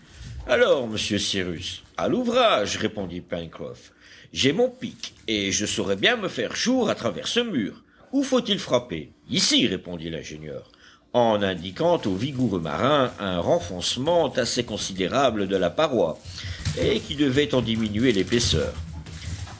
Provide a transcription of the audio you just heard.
alors monsieur cyrus à l'ouvrage répondit pencroff j'ai mon pic et je saurai bien me faire jour à travers ce mur où faut-il frapper ici répondit l'ingénieur en indiquant au vigoureux marin un renfoncement assez considérable de la paroi et qui devait en diminuer l'épaisseur